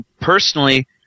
personally